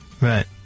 Right